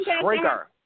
trigger